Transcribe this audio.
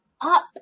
up